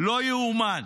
לא ייאמן.